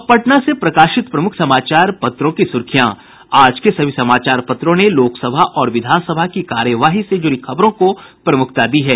अब पटना से प्रकाशित प्रमुख समाचार पत्रों की सुर्खियां आज के सभी समाचार पत्रों ने लोकसभा और विधानसभा की कार्यवाही से जुड़ी खबरों को प्रमुखता दी है